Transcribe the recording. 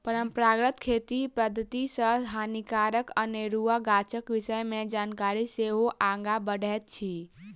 परंपरागत खेती पद्धति सॅ हानिकारक अनेरुआ गाछक विषय मे जानकारी सेहो आगाँ बढ़ैत अछि